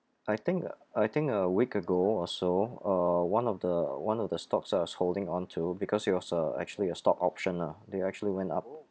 I think I think a week ago also uh one of the one of the stocks I was holding onto because it was a actually a stock option lah they actually went up